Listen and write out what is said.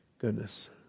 goodness